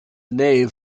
nave